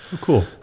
Cool